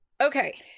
Okay